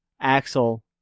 Axel